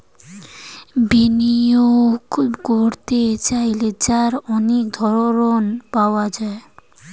বিনিয়োগ করতে চাইলে তার অনেক ধরন পাওয়া যায়